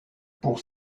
pour